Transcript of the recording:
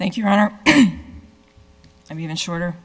thank you i mean shorter